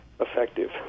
Effective